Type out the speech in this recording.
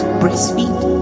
breastfeed